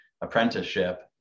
apprenticeship